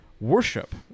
Worship